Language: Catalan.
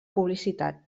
publicitat